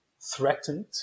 threatened